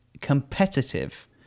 competitive